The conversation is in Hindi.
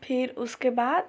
फिर उसके बाद